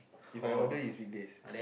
If I order is weekdays